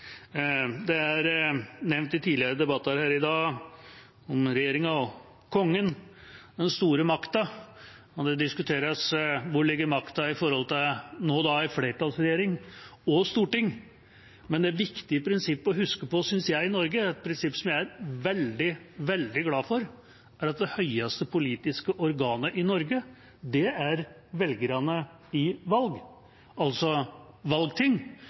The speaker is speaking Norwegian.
Det er nevnt i tidligere debatter her i dag – om regjeringa, Kongen, den store makten – og det diskuteres hvor makten ligger, nå med en flertallsregjering og Stortinget. Det viktige prinsippet å huske på i Norge – synes jeg – et prinsipp som jeg er veldig, veldig glad for, er at det høyeste politiske organet i Norge er velgerne i valg, altså valgting.